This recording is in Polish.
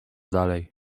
dalej